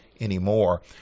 anymore